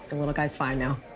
the little guy's fine now.